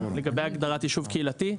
לגבי הגדרת "יישוב קהילתי",